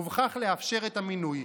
ובכך לאפשר את המינוי.